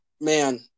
Man